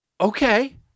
okay